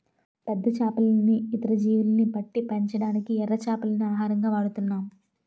పెద్ద చేపల్ని, ఇతర జీవుల్ని పట్టి పెంచడానికి ఎర చేపల్ని ఆహారంగా వాడుతున్నాం